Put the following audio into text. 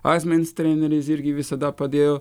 asmens treneriais irgi visada padėjo